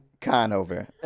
Conover